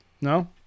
No